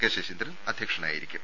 K Saseendran അധ്യക്ഷനായിരിക്കും